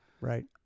Right